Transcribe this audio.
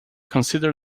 consider